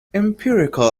empirical